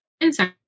inside